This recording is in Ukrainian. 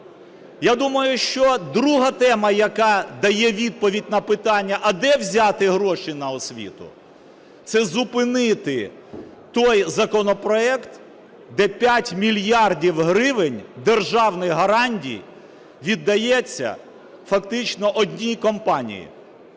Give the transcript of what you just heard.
Я думаю, що друга тема, яка дає відповідь на питання, а де взяти гроші на освіту, це зупинити той законопроект, де 5 мільярдів гривень державних гарантій віддається фактично одній компанії.